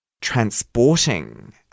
transporting